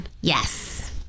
Yes